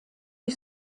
you